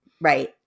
Right